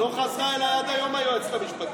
הלוגיקה לא עובדת.